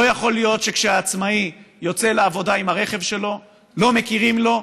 לא יכול להיות שכשהעצמאי יוצא לעבודה עם הרכב שלו לא מכירים לו במס,